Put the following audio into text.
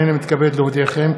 הנני מתכבד להודיעכם,